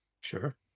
Sure